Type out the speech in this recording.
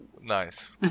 nice